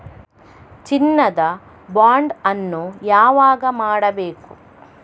ಚಿನ್ನ ದ ಬಾಂಡ್ ಅನ್ನು ಯಾವಾಗ ಮಾಡಬೇಕು?